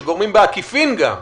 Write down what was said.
שגורמים בעקיפין גם,